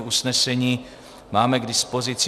Usnesení máme k dispozici.